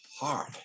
heart